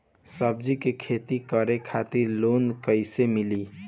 सब्जी के खेती करे खातिर लोन कइसे मिली?